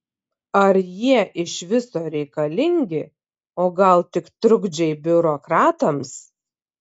ar jie iš viso reikalingi o gal tik trukdžiai biurokratams